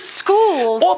schools